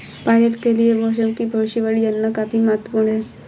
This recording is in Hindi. पायलट के लिए मौसम की भविष्यवाणी जानना काफी महत्त्वपूर्ण है